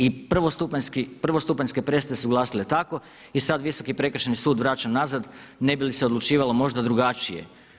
I prvostupanjske presude su glasile tako i sad Visoki prekršajni sud vraća nazad ne bi li se odlučivalo možda drugačije.